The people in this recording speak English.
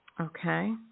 okay